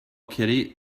kitty